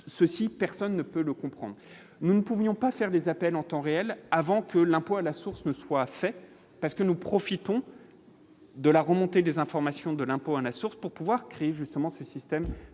ceci : personne ne peut le comprendre, nous ne pouvions pas faire des appels en temps réel, avant que l'impôt à la source ne soit fait, parce que nous profitons de la remontée des informations de l'impôt à la source pour pouvoir créer justement ce système des APL en